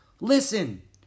listen